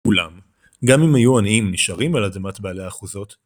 אולם גם אם היו העניים נשארים על אדמת בעלי האחוזות,